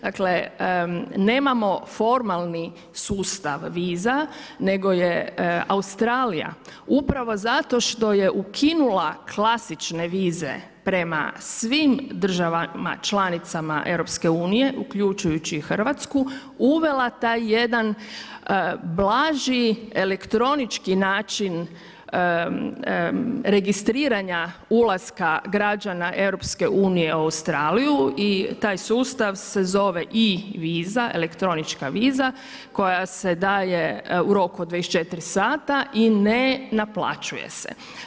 Dakle nemamo formalni sustav viza nego je Australija upravo zato što je ukinula klasične vize prema svim državama članicama EU uključujući i Hrvatsku uvela taj jedan blaži elektronički način registriranja ulaska građana EU u Australiju i taj sustav se zove e-viza koja se daje u roku od 24h i ne naplaćuje se.